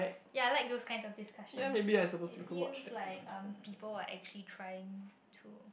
ya like those kind of discussions it feels like people are actually trying to